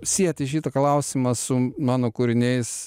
sieti šitą klausimą su mano kūriniais